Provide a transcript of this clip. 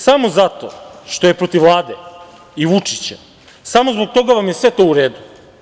Samo zato što je protiv Vlade i Vučića, samo zbog toga vam je sve to u redu.